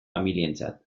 familientzat